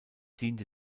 diente